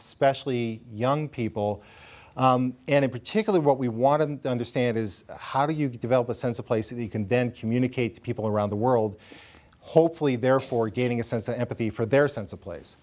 especially young people and in particular what we want to understand is how do you develop a sense of place that you can then communicate to people around the world hopefully therefore gaining a sense of empathy for their sense of place